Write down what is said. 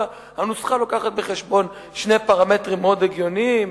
הנוסחה לוקחת בחשבון שני פרמטרים מאוד הגיוניים: